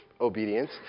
obedience